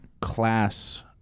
class